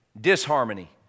Disharmony